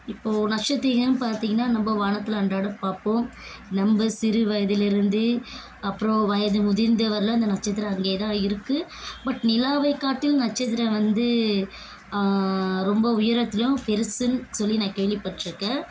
இப்போது நட்சத்திரம் பார்த்திங்கனா நம்ம வானத்தில் அன்றாடம் பார்ப்போம் நம்ம சிறுவயதில் இருந்தே அப்புறம் வயது முதிர்ந்தவரையிலும் அந்த நட்சத்திரம் அங்கேதான் இருக்குது பட் நிலாவை காட்டிலும் நட்சத்திரம் வந்து ரொம்ப உயரத்திலையும் பெருசுனு சொல்லி நான் கேள்விப்பட்டிருக்கேன்